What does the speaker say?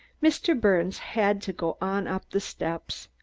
mr. birnes had to go on up the steps.